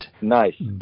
Nice